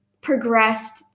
progressed